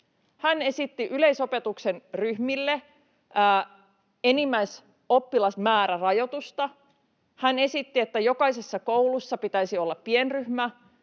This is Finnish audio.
Hän esitti yleisopetuksen ryhmille enimmäisoppilasmäärärajoitusta. Hän esitti, että jokaisessa koulussa pitäisi olla pienryhmä